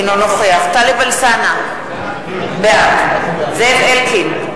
אינו נוכח טלב אלסאנע, בעד זאב אלקין,